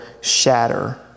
shatter